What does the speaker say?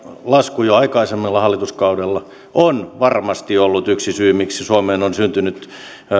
lasku jo aikaisemmalla hallituskaudella on varmasti ollut yksi syy miksi suomeen on syntynyt